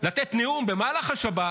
לתת נאום במהלך השבת